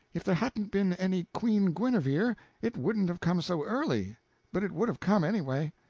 if there hadn't been any queen guenever, it wouldn't have come so early but it would have come, anyway.